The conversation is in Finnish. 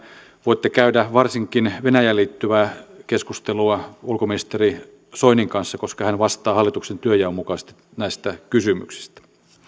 voitte käydä varsinkin venäjään liittyvää keskustelua ulkoministeri soinin kanssa koska hän vastaa hallituksen työnjaon mukaisesti näistä kysymyksistä